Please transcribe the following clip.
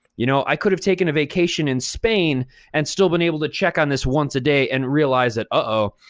you know, i could have taken a vacation in spain and still been able to check on this once a day and realized that, oh-oh,